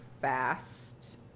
fast